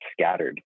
scattered